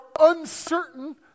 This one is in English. uncertain